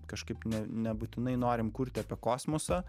kažkaip ne nebūtinai norim kurti apie kosmosą